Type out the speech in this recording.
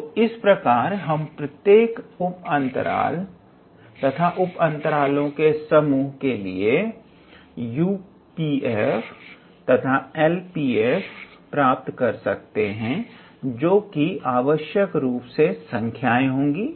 तो इस प्रकार हम प्रत्येक उप अंतराल तथा उप अंतरालो के समूह के लिए U P f तथा L P f प्राप्त कर सकते हैं जोकि आवश्यक रूप से संख्याएं होंगी